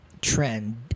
trend